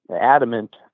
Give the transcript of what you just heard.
adamant